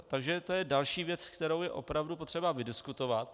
Takže to je další věc, kterou je opravdu potřeba vydiskutovat.